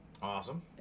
Awesome